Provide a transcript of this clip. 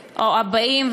הבאים,